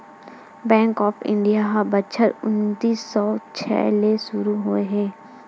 bank of India ह बछर उन्नीस सौ छै ले सुरू होए हे